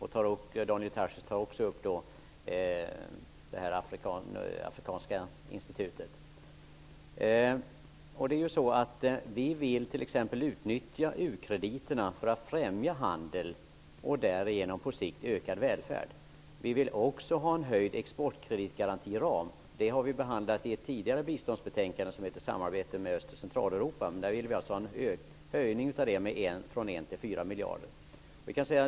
Han tar också upp frågan om Vi vill t.ex. utnyttja u-krediterna för att främja handel och därigenom på sikt främja ökad välfärd. Vi vill också ha en större exportkreditgarantiram. Det har vi behandlat i ett tidigare biståndsbetänkande som heter Samarbete med Östoch Centraleuropa. Vi ville ha en höjning från 1 till 4 miljarder.